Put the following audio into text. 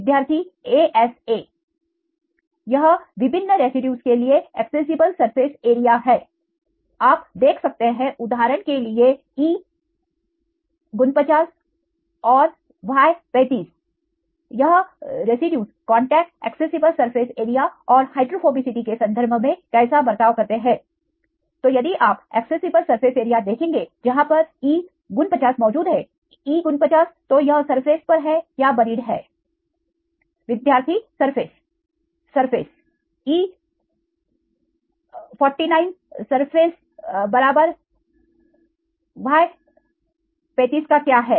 विद्यार्थी ASA यह विभिन्न रेसिड्यूज के लिए एक्सेसिबल सरफेस एरिया है आप दे सकते हैं उदाहरण के लिएE49 and Y35 E49 औरY35 यह residues contact accessible surface area और हाइड्रोफोबिसिटी के संदर्भ में कैसा बर्ताव करते हैं तो यदि आप एक्सेसिबल सरफेस एरिया देखेंगे जहां पर E 49 मौजूद है E 49 तो यह सरफेस पर है या बरीड है विद्यार्थी सरफेस सरफेसE49 सरफेस बराबर Y35 का क्या है